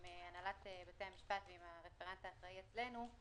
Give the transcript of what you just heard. עם הנהלת בתי המשפט ועם הרפרנט האחראי אצלנו,